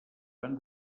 van